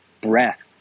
breath